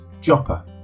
Joppa